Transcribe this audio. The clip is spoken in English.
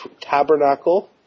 Tabernacle